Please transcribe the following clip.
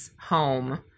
home